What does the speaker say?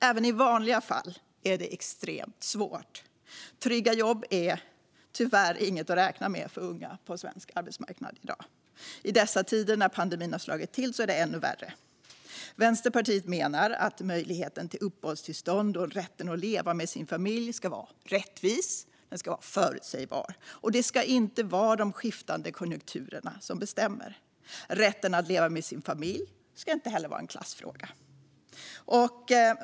Även i vanliga fall är det extremt svårt. Trygga jobb att tyvärr inget att räkna med för unga på svensk arbetsmarknad i dag. I dessa tider, när pandemin slagit till, är det ännu värre. Vänsterpartiet menar att möjligheten till uppehållstillstånd och rätten att leva med sin familj ska vara rättvis och förutsägbar. Det ska inte vara de skiftande konjunkturerna som bestämmer. Rätten att leva med sin familj ska inte heller vara en klassfråga.